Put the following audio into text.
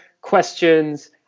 questions